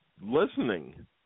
listening